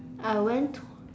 I went to